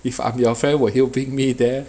if I'm your friend will you bring me there